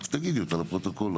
אז תגידי אותה לפרוטוקול.